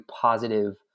positive